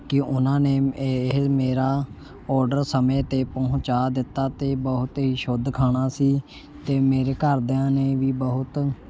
ਕਿ ਉਹਨਾਂ ਨੇ ਇਹ ਮੇਰਾ ਔਡਰ ਸਮੇਂ 'ਤੇ ਪਹੁੰਚਾ ਦਿੱਤਾ ਅਤੇ ਬਹੁਤ ਹੀ ਸ਼ੁੱਧ ਖਾਣਾ ਸੀ ਅਤੇ ਮੇਰੇ ਘਰਦਿਆਂ ਨੇ ਵੀ ਬਹੁਤ